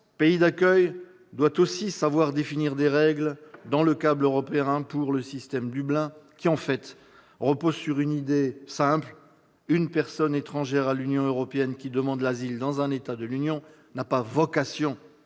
pays d'accueil, doit aussi savoir définir des règles dans le cadre européen pour le système Dublin. Ce dernier repose sur une idée simple : une personne étrangère à l'Union européenne qui demande l'asile dans un État de l'Union n'a pas vocation